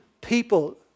people